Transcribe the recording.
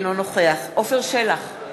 אינו נוכח עפר שלח,